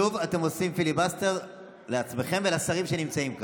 שוב אתם עושים פיליבסטר לעצמכם ולשרים שנמצאים כאן.